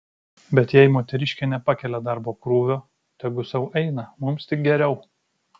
bet jei moteriškė nepakelia darbo krūvio tegu sau eina mums tik geriau